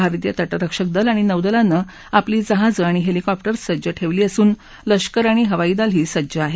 भारतीय तटरक्षक दल आणि नौदलानं आपली जहाजं आणि हेलिकॉप्टर्स सज्ज ठेवली असून लष्कर आणि हवाईदलही सज्ज आहेत